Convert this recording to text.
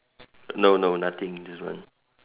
no no nothing this one